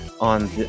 on